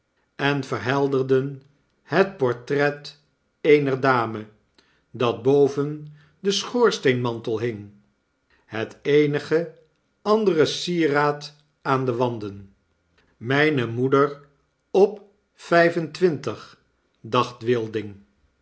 en verhelderden het portret eener dame dat boven den schoorsteenmantel hing het eenige andere sieraad aan de wanden myne moeder op vyf en twintig dacht